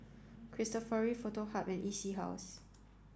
Cristofori Foto Hub and E C House